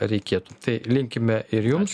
reikėtų tai linkime ir jums